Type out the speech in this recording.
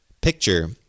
picture